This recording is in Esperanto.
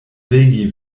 regi